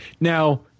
Now